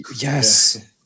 Yes